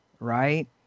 right